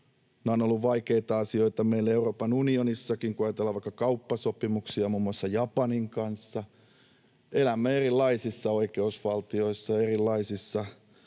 ovat olleet vaikeita asioita meille Euroopan unionissakin, kun ajatellaan vaikka kauppasopimuksia muun muassa Japanin kanssa. Elämme erilaisissa oikeusvaltioissa ja erilaisissa